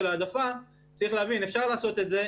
העדפה צריך להבין שאפשר לעשות את זה,